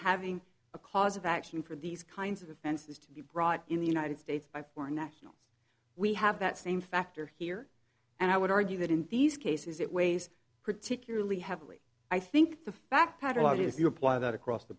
having a cause of action for these kinds of offenses to be brought in the united states by foreign nationals we have that same factor here and i would argue that in these cases it weighs particularly heavily i think the fact pattern obviously apply that across the